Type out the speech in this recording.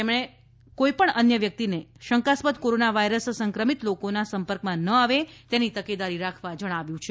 તેમજ કોઇ પણ અન્ય વ્યક્તિ શંકાસ્પદ કોરોના વાયરસ સંક્રમિત લોકોના સંપર્કમાં ન આવે તેની તકેદારી રાખવા જણાવ્યું છે